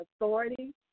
authority